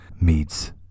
meets